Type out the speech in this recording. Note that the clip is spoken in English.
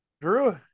Drew